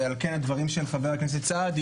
ועל כן הדברים של חבר הכנסת סעדי,